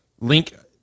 Link